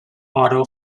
auto